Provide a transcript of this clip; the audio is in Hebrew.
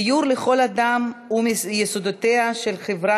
דיור לכל אדם הוא מיסודותיה של חברה